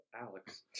Alex